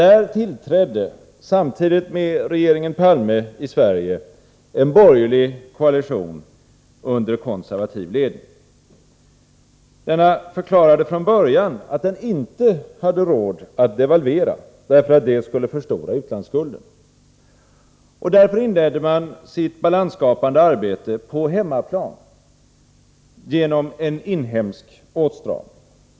Där tillträdde samtidigt med regeringen Palme i Sverige en borgerlig koalition under konservativ ledning. Denna förklarade från början att den inte hade råd att devalvera, eftersom det skulle förstora utlandsskulden. Därför inledde man sitt balansskapande arbete på hemmaplan genom en inhemsk åtstramning.